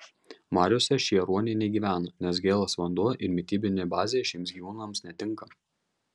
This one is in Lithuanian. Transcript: mariose šie ruoniai negyvena nes gėlas vanduo ir mitybinė bazė šiems gyvūnams netinka